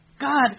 God